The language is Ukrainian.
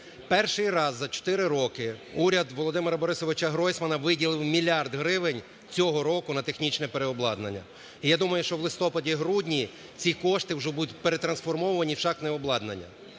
Перший раз за чотири роки уряд Володимира Борисовича Гройсмана виділив мільярд гривень цього року на технічне переобладнання. І я думаю, що в листопаді-грудні ці кошти вже будуть перетрансформовані в шахтне обладнання.